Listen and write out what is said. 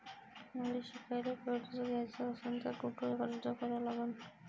मले शिकायले कर्ज घ्याच असन तर कुठ अर्ज करा लागन?